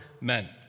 men